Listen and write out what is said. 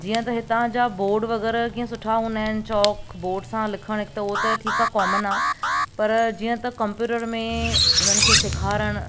जीअं त हितां जा बोर्ड वगै़रह कीअं सुठा हूंदा आहिनि चौक बोर्ड सां लिखणु हिकु त हो त ठीकु आहे कॉमन आहे पर जीअं त कंप्यूटर में उन्हनि खे सेखारणु